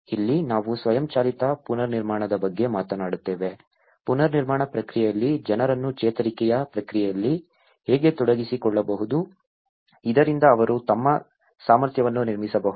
ಇಲ್ಲಿ ನಾವು ಸ್ವಯಂ ಚಾಲಿತ ಪುನರ್ನಿರ್ಮಾಣದ ಬಗ್ಗೆ ಮಾತನಾಡುತ್ತೇವೆ ಪುನರ್ನಿರ್ಮಾಣ ಪ್ರಕ್ರಿಯೆಯಲ್ಲಿ ಜನರನ್ನು ಚೇತರಿಕೆಯ ಪ್ರಕ್ರಿಯೆಯಲ್ಲಿ ಹೇಗೆ ತೊಡಗಿಸಿಕೊಳ್ಳಬಹುದು ಇದರಿಂದ ಅವರು ತಮ್ಮ ಸಾಮರ್ಥ್ಯವನ್ನು ನಿರ್ಮಿಸಬಹುದು